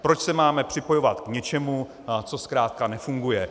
Proč se máme připojovat k něčemu, co zkrátka nefunguje?